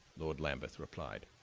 lord lambeth replied.